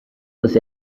was